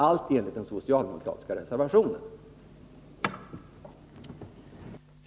Det är vad den socialdemokratiska reservationen går ut på.